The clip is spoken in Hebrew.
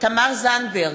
תמר זנדברג,